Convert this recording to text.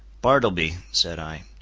bartleby, said i,